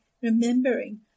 remembering